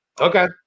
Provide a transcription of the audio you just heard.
Okay